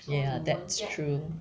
ya that's true